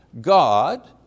God